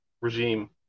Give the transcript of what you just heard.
regime